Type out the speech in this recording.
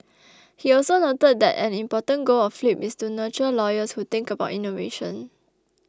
he also noted that an important goal of flip is to nurture lawyers who think about innovation